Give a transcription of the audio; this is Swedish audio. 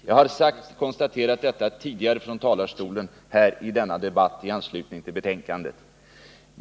Jag har konstaterat detta tidigare i denna debatt i anslutning till betänkandet.